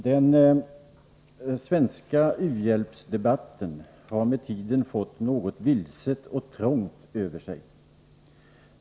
”Den svenska u-hjälpsdebatten har ——— med tiden fått något vilset och trångt över sig.